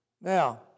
now